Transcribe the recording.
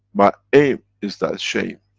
my aim is that shame.